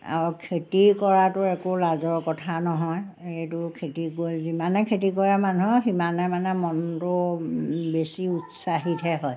আৰু খেতি কৰাটো একো লাজৰ কথা নহয় এইটো খেতি কৰি যিমানে খেতি কৰা মানুহৰ সিমানে মানে মনটো বেছি উৎসাহিতহে হয়